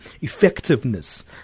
effectiveness